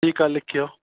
ठीकु आहे लिखियो